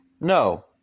no